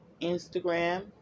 Instagram